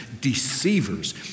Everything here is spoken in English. deceivers